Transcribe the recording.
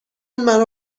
مرا